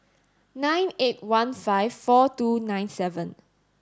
nine eight one five four two nine seven